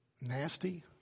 nasty